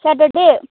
Saturday